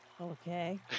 Okay